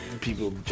People